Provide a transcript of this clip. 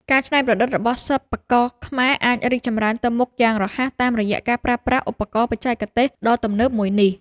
ការច្នៃប្រឌិតរបស់សិប្បករខ្មែរអាចរីកចម្រើនទៅមុខយ៉ាងរហ័សតាមរយៈការប្រើប្រាស់ឧបករណ៍បច្ចេកទេសដ៏ទំនើបមួយនេះ។